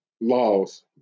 laws